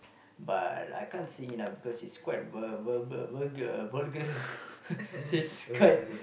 but I can't sing ah because he's quite ve~ verba~ vulgar vulgar he's quite